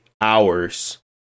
hours